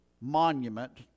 monument